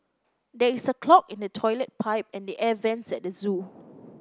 there is a clog in the toilet pipe and the air vents at the zoo